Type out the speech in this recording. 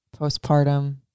postpartum